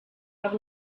have